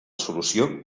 solució